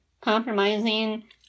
compromising